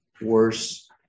worse